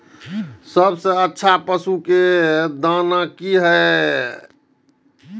सबसे अच्छा पशु के दाना की हय?